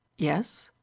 yes?